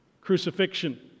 crucifixion